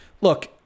look